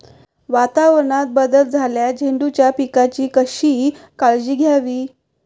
वातावरणात बदल झाल्यास झेंडूच्या पिकाची कशी काळजी घ्यावी?